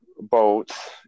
boats